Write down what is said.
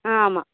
ஆ ஆமாம்